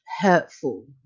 hurtful